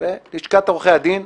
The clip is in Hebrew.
ולשכת עורכי הדין,